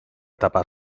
tapar